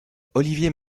olivier